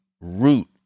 root